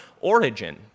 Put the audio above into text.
origin